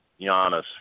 Giannis